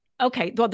okay